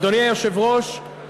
אדוני היושב-ראש,